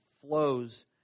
flows